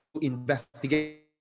investigate